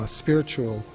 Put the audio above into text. spiritual